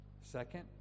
Second